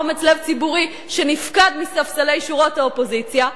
אומץ לב ציבורי שנפקד מספסלי שורות האופוזיציה.